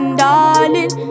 darling